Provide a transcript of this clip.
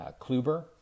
Kluber